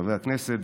חברי הכנסת,